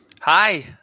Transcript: Hi